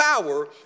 power